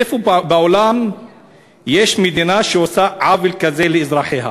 איפה בעולם יש מדינה שעושה עוול כזה לאזרחיה,